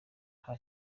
nta